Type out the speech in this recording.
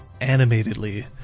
animatedly